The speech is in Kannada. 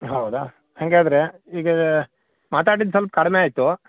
ಹೌದಾ ಹಂಗಾದ್ರೆ ಈಗ ಮಾತಾಡಿದ್ದು ಸ್ವಲ್ಪ ಕಡಿಮೆ ಆಯಿತು